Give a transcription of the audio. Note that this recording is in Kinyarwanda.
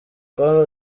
com